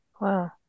wow